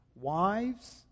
Wives